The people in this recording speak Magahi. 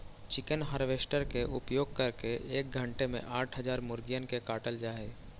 चिकन हार्वेस्टर के उपयोग करके एक घण्टे में आठ हजार मुर्गिअन के काटल जा हई